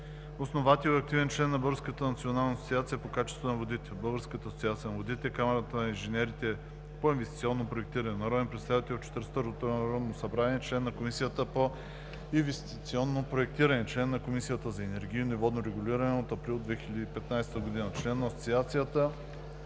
на водите, Българската асоциация по водите, Камарата на инженерите по инвестиционно проектиране. Народен представител в 42-рото Народно събрание, член на Комисията по инвестиционното проектиране. Член на Комисията за енергийно и водно регулиране от април 2015 г. Член на Асоциацията